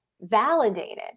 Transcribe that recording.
validated